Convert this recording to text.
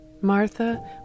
Martha